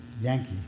Yankee